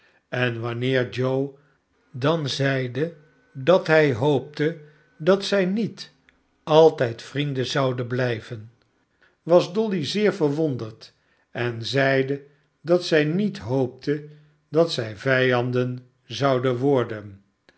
en wanneer joe dan zeide dat hij hoopte dat zij niet altijd vrienden zouden blijven was dolly zeer verwonderd en zeide dat zij niet hoopte dat zij vijanden zouden worden